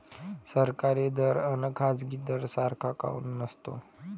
सरकारी दर अन खाजगी दर सारखा काऊन नसतो?